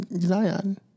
zion